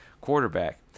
quarterback